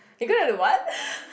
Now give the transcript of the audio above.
you gonna do what